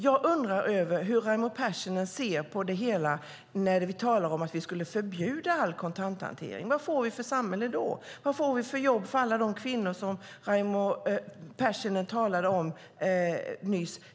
Jag undrar över hur Raimo Pärssinen ser på det hela när vi talar om att vi skulle förbjuda all kontanthantering. Vad får vi för samhälle då? Vad får vi för jobb till alla de kvinnor som Raimo Pärssinen nyss talade om?